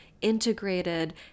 integrated